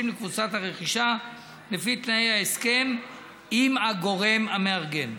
לקבוצת הרכישה לפי תנאי ההסכם עם הגורם המארגן.